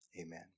amen